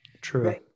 true